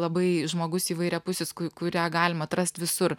labai žmogus įvairiapusis kurią galima atrast visur